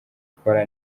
akora